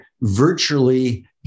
virtually